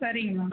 சரிங்க மேம்